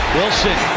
Wilson